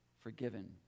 forgiven